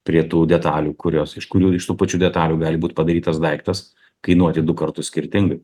prie tų detalių kurios iš kurių iš tų pačių detalių gali būt padarytas daiktas kainuoti du kartus skirtingai